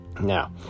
Now